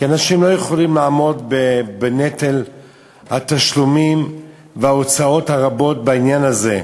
כי אנשים לא יכולים לעמוד בנטל התשלומים וההוצאות הרבות בעניין הזה.